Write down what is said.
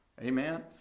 Amen